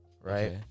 Right